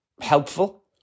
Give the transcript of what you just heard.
helpful